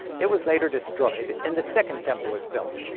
it was later destroyed and the second temple was built.